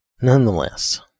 Nonetheless